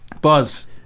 Buzz